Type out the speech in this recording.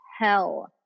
hell